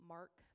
Mark